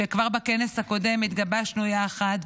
שכבר בכנס הקודם התגבשנו יחד,